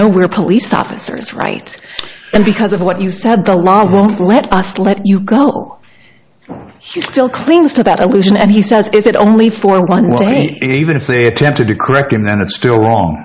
know we're police officers right and because of what you said the law won't let us let you go he still clings to that allusion and he says is it only for one day even if they attempted to correct him then it's still wrong